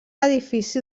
edifici